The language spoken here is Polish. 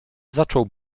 zaczął